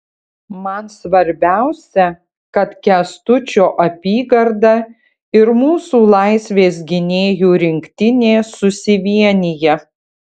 man svarbiausia kad kęstučio apygarda ir mūsų laisvės gynėjų rinktinė susivienija